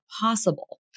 possible